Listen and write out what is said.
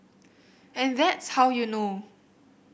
and that's how you know